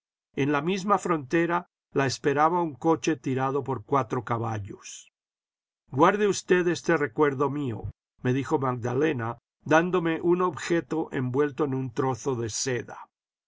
en la misma frontera la esperaba un coche tirado por cuatro caballos guarde usted este recuerdo mío me dijo magdalena dándome un objeto envuelto en un trozo de seda